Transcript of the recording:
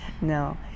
No